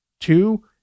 Two